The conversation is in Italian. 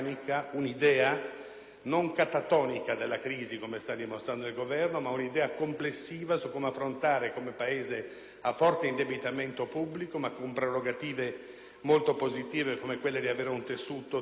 non catatonica della crisi, come sta dimostrando il Governo, ma un'idea complessiva su come affrontare, come Paese a forte indebitamente pubblico ma con prerogative molto positive come quelle di avere un tessuto diffuso di impresa